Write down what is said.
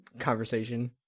conversation